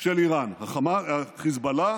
של איראן, חיזבאללה,